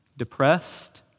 depressed